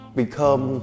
become